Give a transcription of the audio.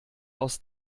aus